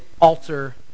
alter